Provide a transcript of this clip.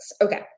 Okay